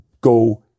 go